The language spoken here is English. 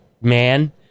Man